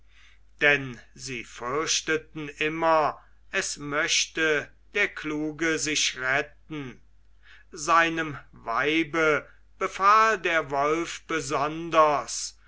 denn sie fürchteten immer es möchte der kluge sich retten seinem weibe befahl der wolf besonders